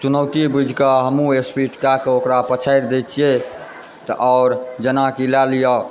चुनौती बुझि कऽ हमहुँ स्पीड कए कऽ ओकरा पछाड़ि दैत छियैक आओर जेना कि लए लिअ